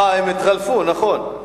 אה, הם התחלפו, נכון.